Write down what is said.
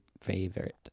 favorite